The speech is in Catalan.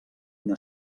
una